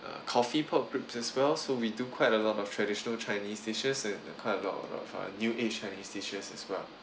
coffee pork ribs as well so we do quite a lot of traditional chinese dishes and quite a lot of uh new age chinese dishes as well